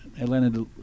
Atlanta